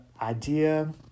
idea